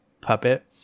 puppet